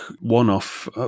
one-off